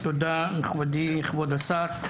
תודה, מכובדי, כבוד השר.